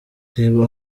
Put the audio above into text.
reba